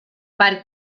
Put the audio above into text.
per